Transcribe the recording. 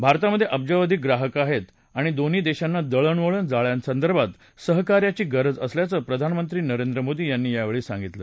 भारतामध्ये अब्जावधी ग्राहक आहेत आणि दोन्ही देशांना दळणवळण जाळ्यासंदर्भात सहकार्याची गरज असल्याचं प्रधानमंत्री नरेंद्र मोदी यांनी यावेळी सांगितलं